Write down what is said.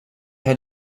had